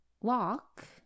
Walk